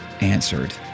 answered